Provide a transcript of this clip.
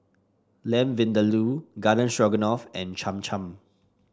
Lamb Vindaloo Garden Stroganoff and Cham Cham